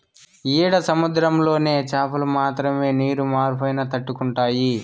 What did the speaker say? ఈడ సముద్రంలోని చాపలు మాత్రమే నీరు మార్పైనా తట్టుకుంటాయి